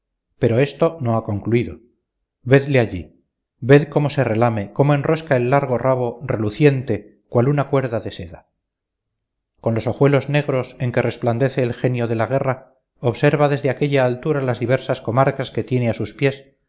pero esto no ha concluido vedle allí ved cómo se relame cómo enrosca el largo rabo reluciente cual una cuerda de seda con los ojuelos negros en que resplandece el genio de la guerra observa desde aquella altura las diversas comarcas que tiene a sus pies